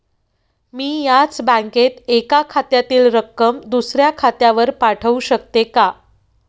मी याच बँकेत एका खात्यातील रक्कम दुसऱ्या खात्यावर पाठवू शकते का?